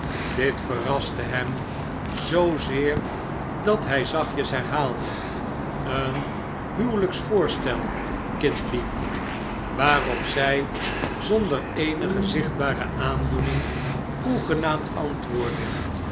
dit verraste hem zoozeer dat hy zachtjes herhaalde een huwelh'ksvoorstel kindlief waarop zij zonder eenige zichtbare aandoening hoegenaamd antwoordde